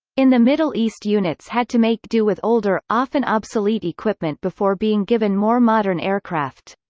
in the middle east units had to make do with older, often obsolete equipment before being given more modern aircraft.